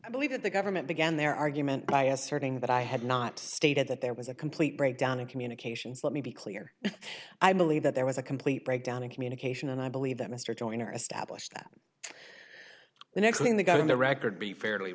i believe that the government began their argument by asserting that i had not stated that there was a complete breakdown in communications let me be clear i believe that there was a complete breakdown in communication and i believe that mr joyner established that the next thing they got in the record be fairly